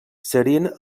serien